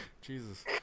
Jesus